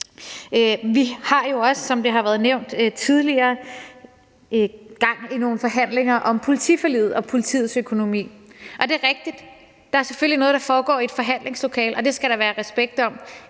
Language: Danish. Vi har også – som det har været nævnt tidligere – gang i nogle forhandlinger om politiforliget og politiets økonomi. Og det er rigtigt, at der selvfølgelig er noget, der foregår i forhandlingslokalet, og det skal der være respekt om,